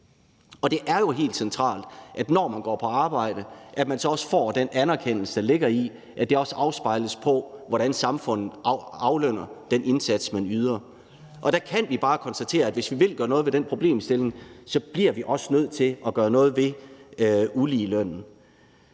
Det er jo helt centralt, at når man går på arbejde, får man også den anerkendelse, der ligger i, at det afspejles i, hvordan samfundet aflønner den indsats, man yder. Der kan vi bare konstatere, at hvis vi vil gøre noget ved den problemstilling, bliver vi også nødt til at gøre noget ved uligelønnen.